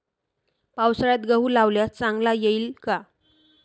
पावसाळ्यात गहू लावल्यास चांगला येईल का?